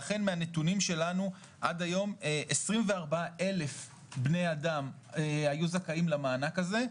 אכן מהנתונים שלנו עד היום 24,000 בני אדם היו זכאים למענק הזה,